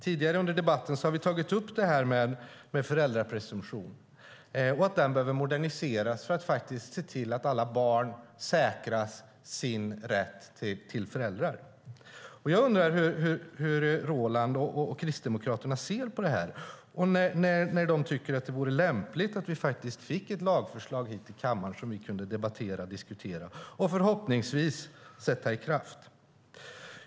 Tidigare under debatten har vi tagit upp föräldrapresumtion och att den behöver moderniseras för att faktiskt se till att alla barn säkras sin rätt till föräldrar. Jag undrar hur Roland och Kristdemokraterna ser på det här och när de tycker att det vore lämpligt att vi faktiskt fick ett lagförslag hit till kammaren som vi kunde debattera och diskutera och förhoppningsvis sätta i kraft.